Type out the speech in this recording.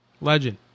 Legend